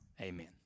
Amen